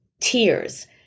Tears